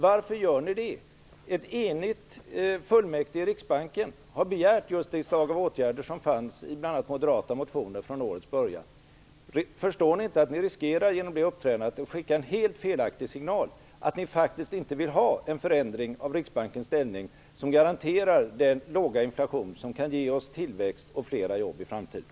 Varför gör ni det? Ett enigt fullmäktige i Riksbanken har begärt just det slag av åtgärder som togs upp i bl.a. moderata motioner i början av året. Förstår ni inte att ni genom det uppträdandet riskerar att skicka en helt felaktig signal, nämligen att ni faktiskt inte vill ha en förändring av Riksbankens ställning som garanterar den låga inflation som kan ge oss tillväxt och flera jobb i framtiden?